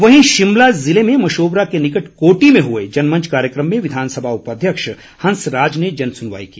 वहीं शिमला जिले में मशोबरा के निकट कोटी में हुए जनमंच कार्यक्रम में विधानसभा उपाध्यक्ष हंसराज ने जनसुनवाई की